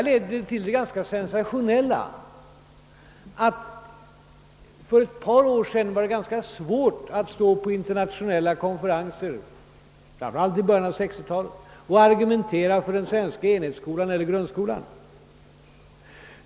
För ett par år sedan, framför allt i början av 1960-talet, var det svårt att på internationella konferenser argumentera för den svenska enhetsskolan eller grundskolan.